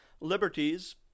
liberties